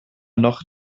noch